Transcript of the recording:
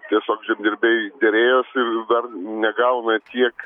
tiesiog žemdirbiai derėjosi ir dar negauna tiek